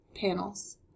panels